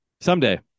someday